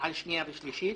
על שניה שלישית.